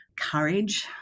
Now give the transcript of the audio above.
courage